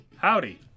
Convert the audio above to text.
Howdy